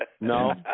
No